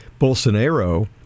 Bolsonaro